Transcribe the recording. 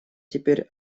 теперь